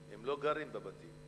הם לא גרים בבתים.